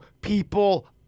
people